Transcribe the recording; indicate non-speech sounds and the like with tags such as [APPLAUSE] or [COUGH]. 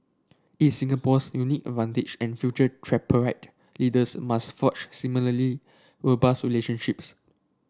[UNINTELLIGIBLE] Singapore's unique advantage and future tripartite leaders must forge similarly robust relationships